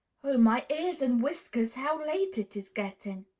oh, my ears and whiskers, how late it's getting!